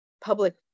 public